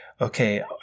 Okay